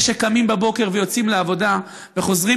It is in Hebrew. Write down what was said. אלה שקמים בבוקר ויוצאים לעבודה וחוזרים